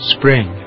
spring